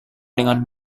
dengan